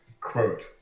quote